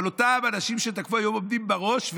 אבל אותם אנשים שתקפו היום עומדים בראש,